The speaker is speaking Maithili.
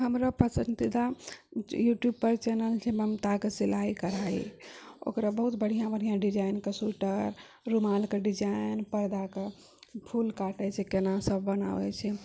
हमरा पसन्दीदा यूट्यूबपर चैनल छै ममताके सिलाइ कढाइ ओकरा बहुत बढ़िआँ बढ़िआँ डिजाइनके स्वेटर रुमालके डिजाइन पैदा कऽ फूल काटै छै कोना सब बनाबै छै